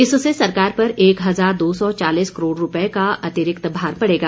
इससे सरकार पर एक हजार दो सौ चालीस करोड़ रुपये का अतिरिक्त भार पड़ेगा